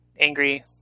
angry